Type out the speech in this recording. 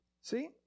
See